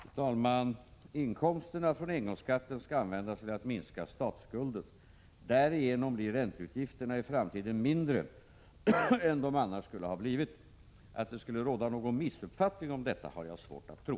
Fru talman! Inkomsterna från engångsskatten skall användas till att minska statsskulden. Därigenom blir ränteutgifterna i framtiden mindre än de annars skulle ha blivit. Att det skulle råda någon missuppfattning om detta har jag svårt att tro.